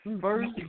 first